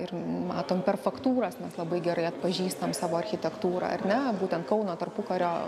ir matom per faktūras nes labai gerai atpažįstam savo architektūrą ar ne būtent kauno tarpukario